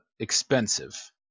Expensive